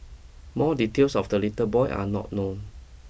more details of the little boy are not known